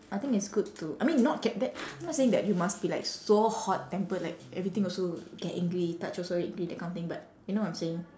I think it's good to I mean not K that I'm not saying that you must be like so hot tempered like everything also get angry touch also angry that kind of thing but you know what I'm saying